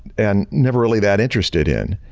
and never really that interested in.